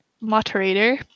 moderator